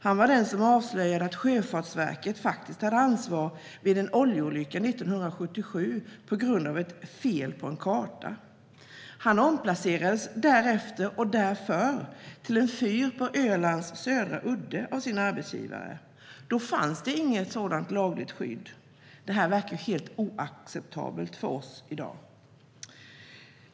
Han var den som avslöjade att Sjöfartsverket faktiskt hade ansvar vid en oljeolycka 1977 på grund av ett fel på en karta. Han omplacerades därefter och därför av sin arbetsgivare till en fyr på Ölands södra grund. Då fanns det inget sådant lagligt skydd. Det verkar helt oacceptabelt för oss i dag.